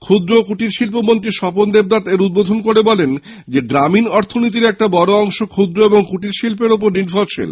ক্ষুদ্র ও কুটির শিল্প মন্ত্রী স্বপন দেবনাথের উদ্ধোধন করে বলেন গ্রামীণ অর্থনীতির একটি বড় অংশ ক্ষুদ্র ও কুটির শিল্পের ওপর নির্ভরশীল